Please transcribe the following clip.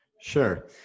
Sure